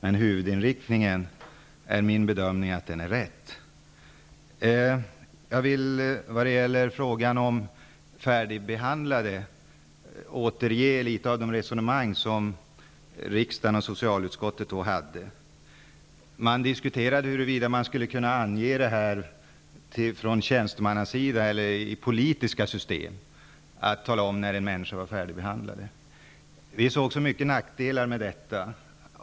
Men huvudinriktningen är rätt, enligt min bedömning. När det gäller frågan om begreppet färdigbehandlad vill jag återge något av det resonemang som riksdagen och socialutskottet då förde. Man diskuterade huruvida det skulle kunna anges från tjänstemannasidan eller i politiska system, när en patient är färdigbehandlad. Vi såg många nackdelar med detta.